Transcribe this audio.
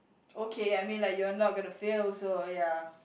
okay I mean like you're not gonna fail so ya